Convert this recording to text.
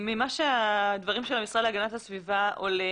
מהדברים של המשרד להגנת הסביבה עולה